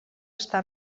està